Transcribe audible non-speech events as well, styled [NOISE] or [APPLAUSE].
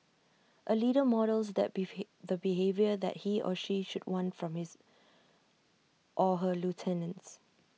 A leader models that the [UNINTELLIGIBLE] the behaviour that he or she should want from his or her lieutenants